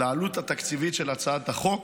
לעלות התקציבית של הצעת החוק,